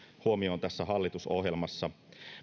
huomioon tässä hallitusohjelmassa